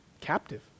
captive